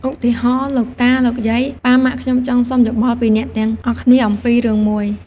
ឧទាហរណ៍ លោកតា លោកយាយ ប៉ា ម៉ាក់ ខ្ញុំចង់សុំយោបល់ពីអ្នកទាំងអស់គ្នាអំពីរឿងមួយ។